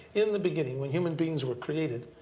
in the beginning, when human beings were created,